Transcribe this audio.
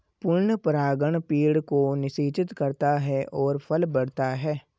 पूर्ण परागण पेड़ को निषेचित करता है और फल बढ़ता है